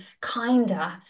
kinder